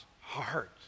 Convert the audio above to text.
heart